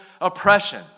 oppression